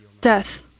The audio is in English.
death